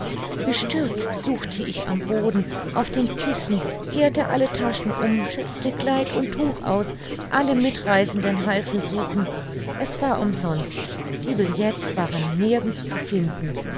bestürzt suchte ich am boden auf den kissen kehrte alle taschen um schüttelte kleid und tuch aus alle mitreisenden halfen suchen es war umsonst die billets waren nirgends zu finden